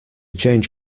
change